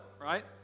right